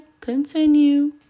continue